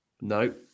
No